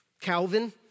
Calvin